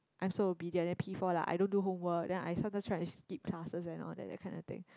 I'm so obedient then P-four like I don't do homework then I sometimes try to skip classes and all that that kind of thing